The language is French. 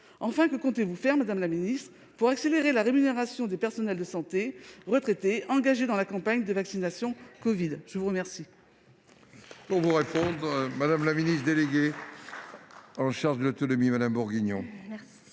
Enfin, que comptez-vous faire, madame la ministre, pour accélérer la rémunération des personnels de santé retraités engagés dans la campagne de vaccination covid ? La parole